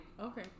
Okay